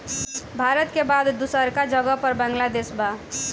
भारत के बाद दूसरका जगह पर बांग्लादेश बा